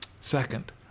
Second